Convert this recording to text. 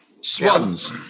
Swans